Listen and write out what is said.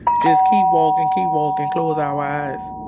just keep walking. keep walking. close our eyes